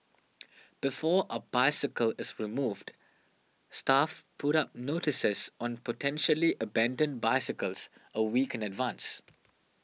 before a bicycle is removed staff put up notices on potentially abandoned bicycles a week in advance